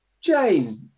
Jane